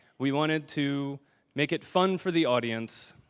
we wanted to make it fun for the audience